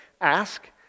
Ask